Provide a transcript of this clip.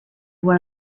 one